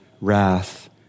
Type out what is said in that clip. wrath